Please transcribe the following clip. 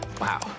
Wow